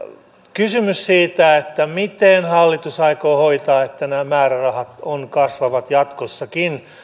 kysymys siitä miten hallitus aikoo hoitaa että nämä määrärahat kasvavat jatkossakin